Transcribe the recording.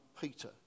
Peter